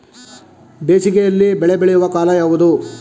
ಬೇಸಿಗೆ ಯಲ್ಲಿ ಬೆಳೆ ಬೆಳೆಯುವ ಕಾಲ ಯಾವುದು?